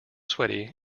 sweaty